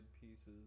pieces